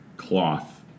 Cloth